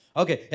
okay